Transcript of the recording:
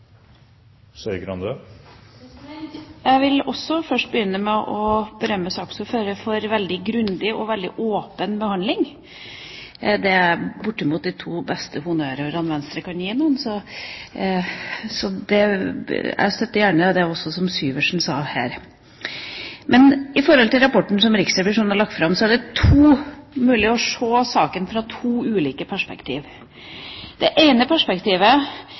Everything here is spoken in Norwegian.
skott fortsatt. Jeg vil også først begynne med å berømme saksordføreren for en veldig grundig og veldig åpen behandling. Det er bortimot de to beste honnørordene Venstre kan gi noen! Jeg støtter gjerne det representanten Syversen også sa her. I rapporten som Riksrevisjonen har lagt fram, er det mulig å se saken fra to ulike perspektiver. Det ene perspektivet